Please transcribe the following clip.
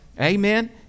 amen